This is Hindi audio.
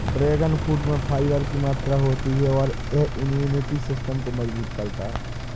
ड्रैगन फ्रूट में फाइबर की मात्रा होती है और यह इम्यूनिटी सिस्टम को मजबूत करता है